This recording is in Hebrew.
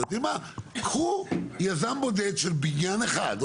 קחו יזם בודד של בניין אחד,